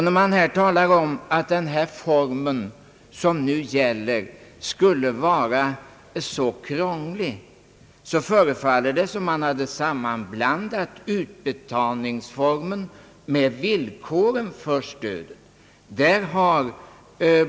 När man talar om att det system som nu gäller skulle vara krångligt förefaller det som om man sammanblandat utbetalningsformen med villkoren för stödet.